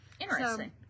Interesting